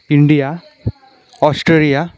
India Australia